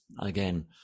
again